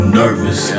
nervous